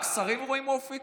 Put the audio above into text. רק שרים רואים אופק?